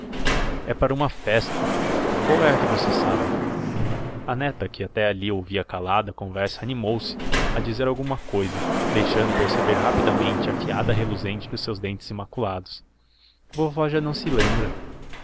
é para uma festa qual é a que você sabe a neta que até ali ouvia calada a conversa animou-se a dizer alguma cousa deixando perceber rapidamente a fiada reluzente de seus dentes imaculados vovó já não se lembra